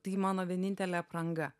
tai mano vienintelė apranga